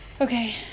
Okay